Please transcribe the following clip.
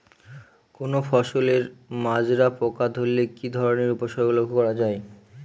কোনো ফসলে মাজরা পোকা ধরলে কি ধরণের উপসর্গ লক্ষ্য করা যায়?